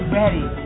ready